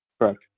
Correct